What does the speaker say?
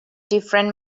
different